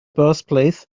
birthplace